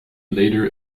later